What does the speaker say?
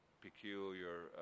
peculiar